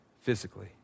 physically